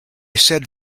said